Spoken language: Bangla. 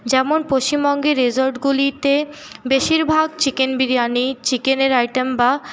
যেমন পশ্চিমবঙ্গে রিসোর্টগুলিতে বেশিরভাগ চিকেন বিরিয়ানি চিকেনের আইটেম বা